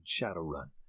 Shadowrun